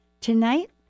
tonight